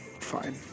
Fine